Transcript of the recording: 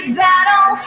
battle